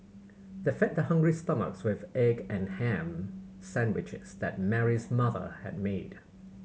they fed their hungry stomachs with egg and ham sandwiches that Mary's mother had made